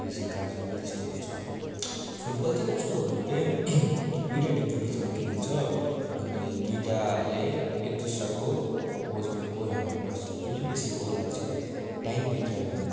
racing कार्सहरूको त्यस्तोहरू छ फुटबल चाहिँ कस्तो हो भने चाहिँ दुइटा टिमको बिचमा खेलिन्छ अनि दुइटाले एकदुसराको पोस्टमा गोल हाल्नुपर्छ जसले बेसी गोल हाल्छ टाइम भित्रमा